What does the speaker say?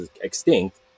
extinct